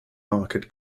market